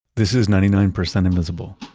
this is ninety nine percent invisible.